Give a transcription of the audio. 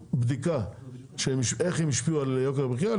צריכים בדיקה איך הם השפיעו על יוקר המחיה,